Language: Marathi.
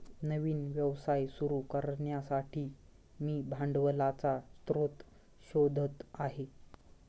नवीन व्यवसाय सुरू करण्यासाठी मी भांडवलाचा स्रोत शोधत आहे